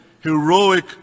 heroic